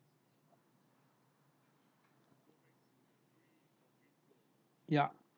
yup